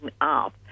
up